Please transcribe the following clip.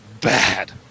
bad